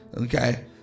okay